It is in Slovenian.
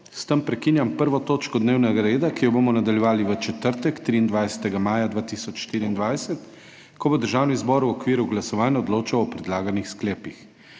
S tem prekinjam 1. točko dnevnega reda, ki jo bomo nadaljevali v četrtek, 23. maja 2024, ko bo Državni zbor v okviru glasovanj odločal o predlaganih sklepih.